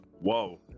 whoa